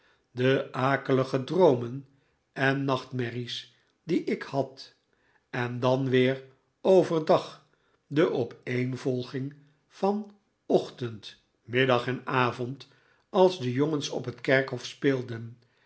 de akelige droomen en nachtmerries die ik had en dan weer overdag de opeenvolging van ochtend middag en avond als de jongens op het kerkhof speelden